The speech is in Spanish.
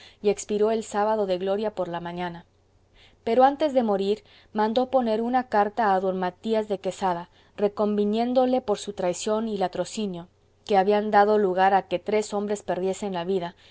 y expiró el sábado de gloria por la mañana pero antes de morir mandó poner una carta a d matías de quesada reconviniéndole por su traición y latrocinio que habían dado lugar a que tres hombres perdiesen la vida y perdonándole cristianamente a condición de que devolviese a la seña